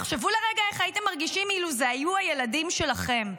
תחשבו לרגע איך הייתם מרגישים אילו אלה היו הילדים שלכם.